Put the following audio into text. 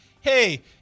hey